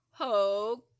okay